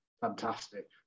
fantastic